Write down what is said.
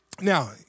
Now